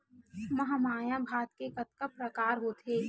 महमाया भात के कतका प्रकार होथे?